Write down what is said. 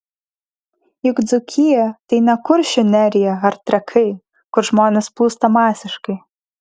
juk dzūkija tai ne kuršių nerija ar trakai kur žmonės plūsta masiškai